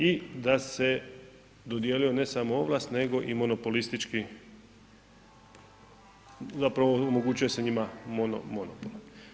I da se dodjeljuje ne samo ovlast nego i monopolistički zapravo omogućuje se njima monopol.